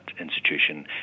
institution